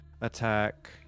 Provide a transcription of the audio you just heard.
attack